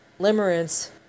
limerence